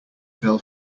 fell